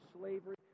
slavery